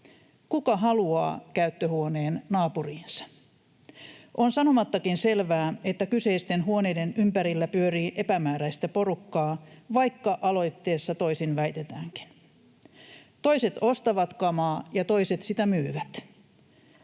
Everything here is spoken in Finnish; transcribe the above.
Kuka haluaa käyttöhuoneen naapuriinsa? On sanomattakin selvää, että kyseisten huoneiden ympärillä pyörii epämääräistä porukkaa, vaikka aloitteessa toisin väitetäänkin. Toiset ostavat kamaa, ja toiset sitä myyvät.